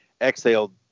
exhaled